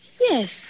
Yes